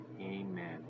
Amen